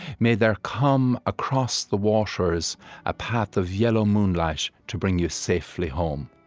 may there come across the waters a path of yellow moonlight to bring you safely home.